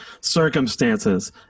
circumstances